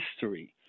history